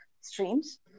streams